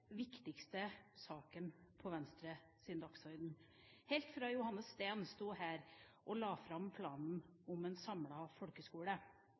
viktigste saken på Venstres dagsorden – helt fra Johannes Steen sto her og la fram planen om en samlet folkeskole.